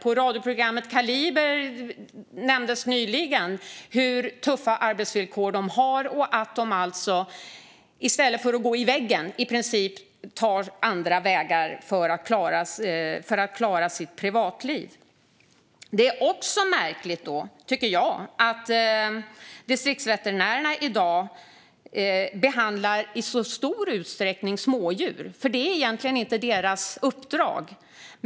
I radioprogrammet Kaliber nämndes nyligen hur tuffa arbetsvillkor de har. I stället för att gå in i väggen tar de i princip andra vägar för att klara sitt privatliv. Jag tycker också att det är märkligt att distriktsveterinärerna i dag behandlar smådjur i så stor utsträckning, för det är egentligen inte deras uppdrag.